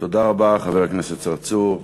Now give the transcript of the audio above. תודה רבה, חבר הכנסת צרצור.